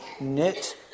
knit